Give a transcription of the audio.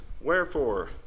wherefore